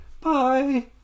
bye